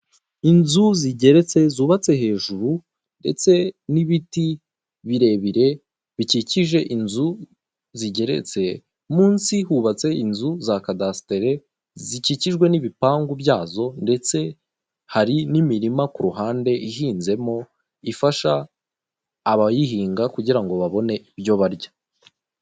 Inzu zigeretse, zubatse hejuru, ndetse n'ibiti birebire bikikije inzu zigeretse, munsi hubatse inzu za kadasitere zikikijwe n'ibipangu byazo, ndetse hari n'imirima ku ruhande ihinzemo, ifasha abayihinga kugira ngo babone ibyo barya.